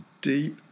deep